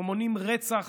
ומונעים רצח